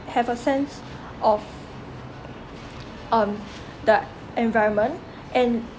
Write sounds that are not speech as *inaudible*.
have a sense of *noise* um the environment and